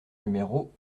numéro